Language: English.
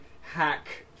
hack